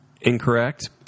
Incorrect